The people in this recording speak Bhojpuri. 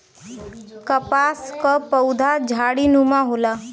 कपास क पउधा झाड़ीनुमा होला